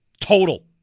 Total